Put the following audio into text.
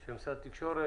של משרד התקשורת